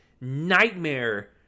nightmare